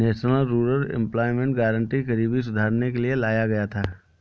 national rural employment guarantee गरीबी सुधारने के लिए लाया गया था